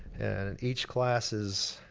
and and each classes,